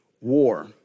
war